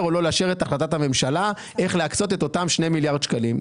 או לא לאשר את החלטת הממשלה איך להקצות אותם שני מיליארד שקלים.